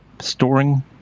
storing